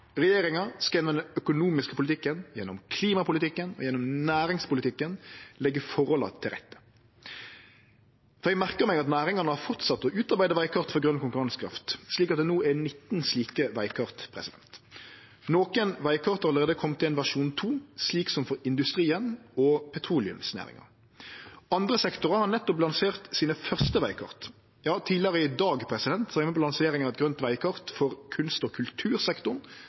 Regjeringa skal gjennom den økonomiske politikken, gjennom klimapolitikken og gjennom næringspolitikken leggje forholda til rette. For eg merker meg at næringane har fortsett å utarbeide vegkart for grøn konkurransekraft, slik at det no er 19 slike vegkart. Nokre vegkart har allereie kome i ein versjon to, slik som for industrien og petroleumsnæringa. Andre sektorar har nettopp lansert sine første vegkart. Ja, tidlegare i dag var det lansering av eit grønt vegkart for kunst- og kultursektoren,